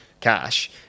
Cash